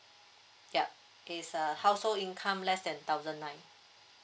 yup it's a household income less than thousand nine